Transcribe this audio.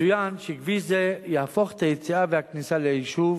יצוין שכביש זה יהפוך את היציאה והכניסה ליישוב